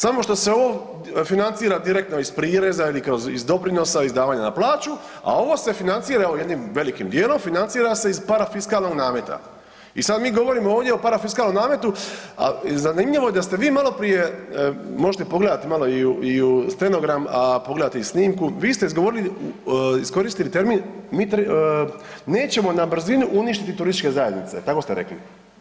Samo što se ovo financira direktno iz prireza ili kroz doprinosa ili izdavanja na plaću, a ovo se financira evo, jednim velikim dijelom, financira se iz parafiskalnog nameta i sada mi govorimo ovdje o parafiskalnom nametu, a zanimljivo je da ste vi maloprije, možete pogledati i u stenogram, a pogledajte i snimku, vi ste izgovorili, iskoristili termin nećemo na brzinu uništiti turističke zajednice, tako ste rekli.